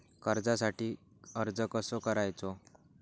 कर्जासाठी अर्ज कसो करायचो?